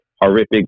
horrific